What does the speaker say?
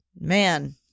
Man